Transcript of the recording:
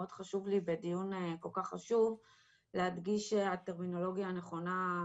מאוד חשוב לי בדיון כל כך חשוב להדגיש את הטרמינולוגיה נכונה,